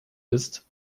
ist